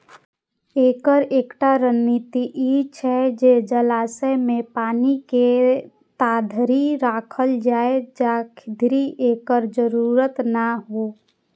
एकर एकटा रणनीति ई छै जे जलाशय मे पानि के ताधरि राखल जाए, जाधरि एकर जरूरत नै हो